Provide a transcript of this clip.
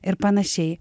ir panašiai